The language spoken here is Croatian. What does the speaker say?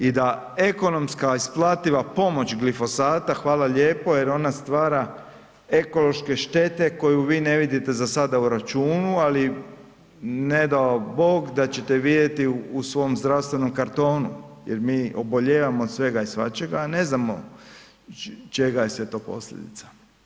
I da ekonomska isplativa pomoć glifosata, hvala lijepo jer ona stvara ekološke štete koju vi ne vidite za sada u računu, ali ne dao Bog da ćete vidjeti usvom zdravstvenom kartonu. jer mi oboljevamo od svega i svačega, a ne znamo čega je sve to posljedica.